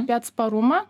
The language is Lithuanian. apie atsparumą